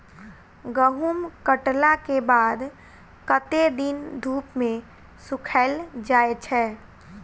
गहूम कटला केँ बाद कत्ते दिन धूप मे सूखैल जाय छै?